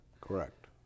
Correct